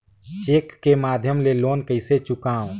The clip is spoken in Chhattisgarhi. चेक के माध्यम ले लोन कइसे चुकांव?